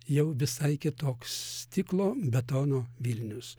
jau visai kitoks stiklo betono vilnius